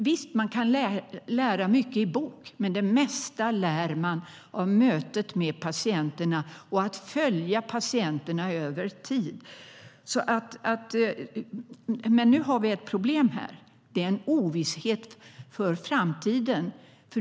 Visst kan man lära mycket i bok, men det mesta lär man av mötet med patienterna och av att följa dem över tid. Nu har vi ett problem här. Det råder ovisshet inför framtiden.